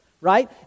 right